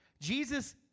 Jesus